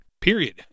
period